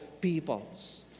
peoples